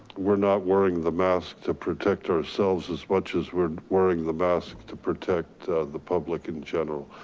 we're not wearing the mask to protect ourselves as much as we're wearing the mask to protect the public in general.